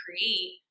create